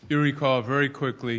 yeah recall very quickly